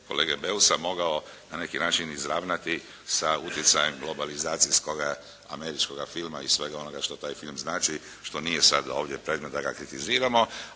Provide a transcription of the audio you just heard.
kolege Beusa mogao na neki način izravnati sa utjecajem globalizacijskoga američkoga filma i svega onoga što taj film znači što nije sada ovdje predmet da ga kritiziramo